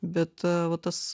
bet va tas